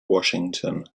washington